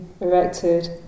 erected